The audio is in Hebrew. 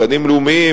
גנים לאומיים,